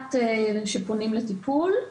מעט שפונים לטיפול,